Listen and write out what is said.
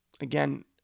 again